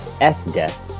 S-Death